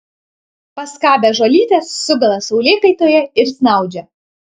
paskabę žolytės sugula saulėkaitoje ir snaudžia